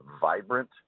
vibrant